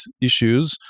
issues